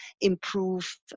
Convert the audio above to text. improve